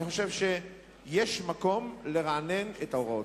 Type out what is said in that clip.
אני חושב שיש מקום לרענן את ההוראות.